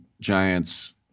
Giants